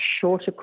shorter